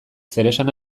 zeresan